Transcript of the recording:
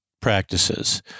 practices